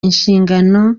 inshingano